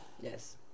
yes